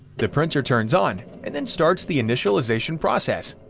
the printer turns on, and then starts the initialization process.